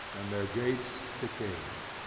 and their gates decayed.